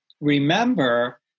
remember